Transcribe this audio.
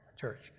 church